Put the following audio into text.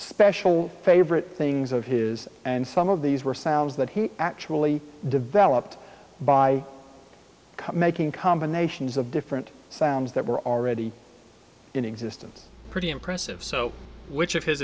special favorite things of his and some of these were sounds that he actually developed by making combinations of different sounds that were already in existence pretty impressive so which of his